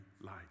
light